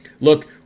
Look